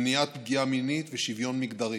מניעת פגיעה מינית ושוויון מגדרי.